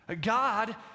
God